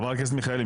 חברת הכנסת מיכאלי,